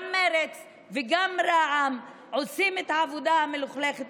גם מרצ וגם רע"מ עושים את העבודה המלוכלכת